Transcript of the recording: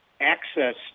access